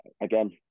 again